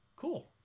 Cool